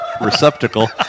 receptacle